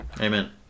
Amen